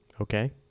Okay